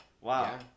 Wow